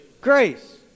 Grace